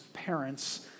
parents